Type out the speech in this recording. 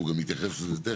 והוא גם יתייחס לזה תכף,